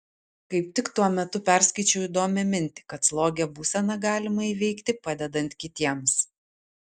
kaip tik tuo metu perskaičiau įdomią mintį kad slogią būseną galima įveikti padedant kitiems